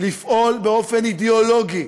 לפעול באופן אידיאולוגי